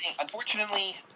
Unfortunately